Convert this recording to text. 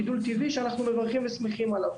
גידול טבעי שאנחנו מברכים ושמחים עליו.